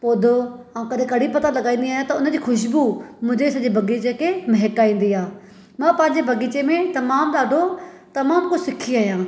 पौधो ऐं कॾहिं कड़ी पता लॻाईंदी आहियां त उन जी ख़ुश्बू मुंहिंजे सॼे बाग़ीचे खे महकाईंदी आहे मां पंहिंजे बाग़ीचे में तमामु ॾाढो तमामु कुझु सिखी आहियां